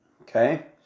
okay